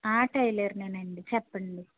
టైలర్నే అండి చెప్పండి